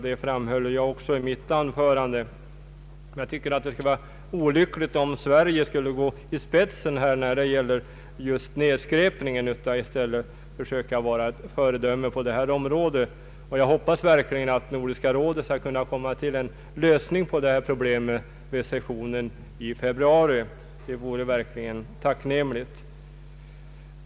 Det framhöll jag också i mitt förra anförande, men jag tycker att det skulle vara olyckligt om Sverige skulle gå i spetsen när det gäller nedskräpning. Vårt land bör i stället försöka vara ett föredöme i fråga om att få bukt med sådana saker. Om Nordiska rådet kunde komma fram till en lösning av detta problem vid sessionen i februari, så vore det verkligen tacknämligt.